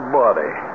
body